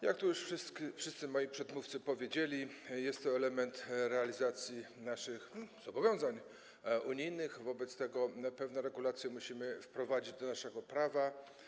Jak tu już wszyscy moi przedmówcy powiedzieli, jest to element realizacji naszych zobowiązań unijnych, wobec tego pewne regulacje musimy wprowadzić do naszego prawa.